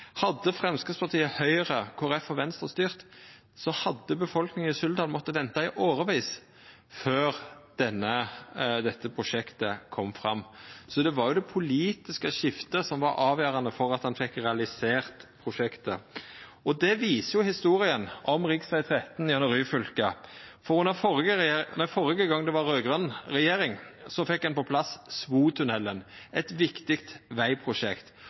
Hadde Framstegspartiet, Høgre, Kristeleg Folkeparti og Venstre styrt, hadde befolkninga i Suldal måtta venta i årevis før dette prosjektet kom. Det var det politiske skiftet som var avgjerande for at ein fekk realisert prosjektet. Det viser historia om rv. 13 gjennom Ryfylke. Førre gang det var raud-grøn regjering, fekk ein på plass Svotunnelen – eit viktig vegprosjekt.